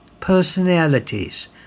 personalities